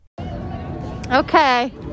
Okay